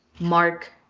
mark